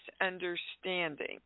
understanding